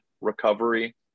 recovery